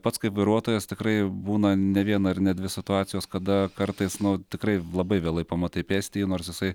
pats kaip vairuotojas tikrai būna ne viena ir ne dvi situacijos kada kartais nu tikrai labai vėlai pamatai pėstįjį nors jisai